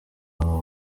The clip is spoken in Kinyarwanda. babo